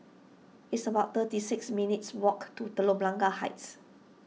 it's about thirty six minutes' walk to Telok Blangah Heights